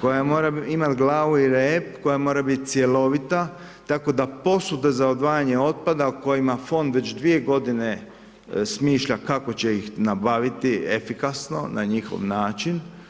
koja mora imati glavu i rep, koja mora biti cjelovita tako da posude za odvajanje otpada o kojima fond već 2 g. smišlja kako će ih nabaviti efikasno na njihov način.